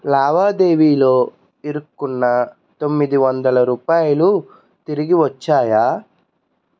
లావాదేవీలో ఇరుక్కున్న తొమ్మిదివందల రూపాయలు తిరిగి వచ్చాయా